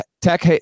Tech